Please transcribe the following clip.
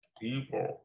people